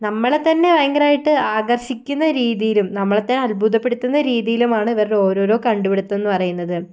നമ്മളെ തന്നെ ഭയങ്കരമായിട്ട് ആകർഷിക്കുന്ന രീതിയിലും നമ്മളെ തന്നെ അത്ഭുതപ്പെടുത്തുന്ന രീതിയിലുമാണ് ഇവരുടെ ഓരോരോ കണ്ടുപിടിത്തം എന്ന് പറയുന്നത്